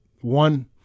One